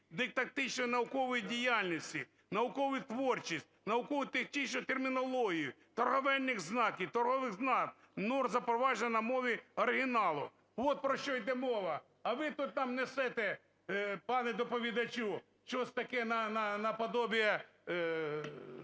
дидактично-наукову діяльність, наукову творчість, науково-технічну термінологію, торговельних знаків, торгових знаків, норм, запроваджених на мові оригіналу". От про що йде мова. А ви тут нам несете, пане доповідачу, щось таке наподобіє,